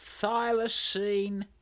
thylacine